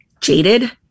jaded